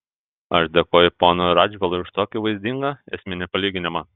aš dėkoju ponui radžvilui už tokį vaizdingą esminį palyginimą